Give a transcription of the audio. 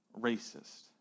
racist